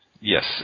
Yes